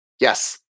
Yes